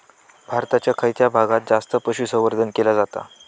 भारताच्या खयच्या भागात जास्त पशुसंवर्धन केला जाता?